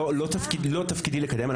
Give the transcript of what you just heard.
לא תפקידי לקדם,